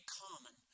common